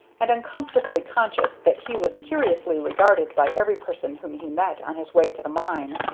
and uncomfortably conscious that he was curiously regarded by every person whom he met on his way to the mine.